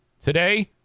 Today